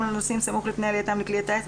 לנוסעים סמוך לפני עלייתם לכלי הטיס,